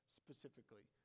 specifically